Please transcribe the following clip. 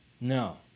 No